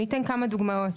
אתן כמה דוגמאות.